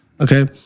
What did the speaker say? Okay